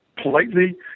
Politely